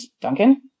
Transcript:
Duncan